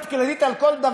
אני נותן לך עוד דקה.